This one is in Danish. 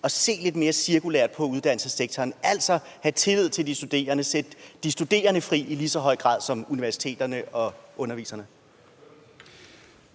vi ser lidt mere cirkulært på uddannelsessektoren, altså har tillid til de studerende og sætter de studerende fri i lige så høj grad som universiteterne og underviserne?